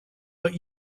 but